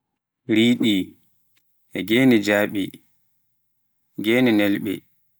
ridi, ngene njaaɓi